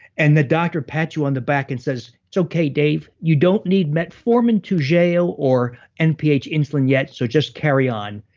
and the doctor pats you on the back and says, it's okay dave, you don't need metformin, toujeo, or nph insulin yet, so just carry on.